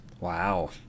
Wow